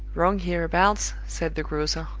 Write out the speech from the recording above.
wrong here-abouts, said the grocer,